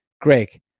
Greg